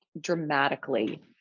dramatically